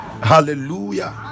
Hallelujah